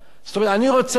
זאת אומרת, אני רוצה לדעת